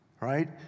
Right